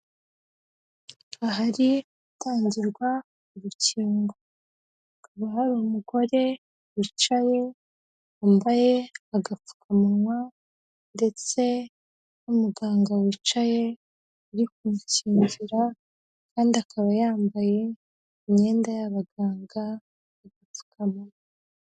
Ahari gutangirwa urukingo, hakaba hari umugore wicaye wambaye agapfukamunwa ndetse n'umuganga wicaye uri kumukingira kandi akaba yambaye imyenda y'abaganga n'agapfukamunwa.